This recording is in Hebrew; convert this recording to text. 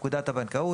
"פקודת הבנקאות"